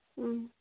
ꯎꯝ